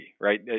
right